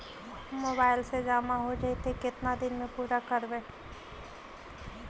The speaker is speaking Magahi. मोबाईल से जामा हो जैतय, केतना दिन में पुरा करबैय?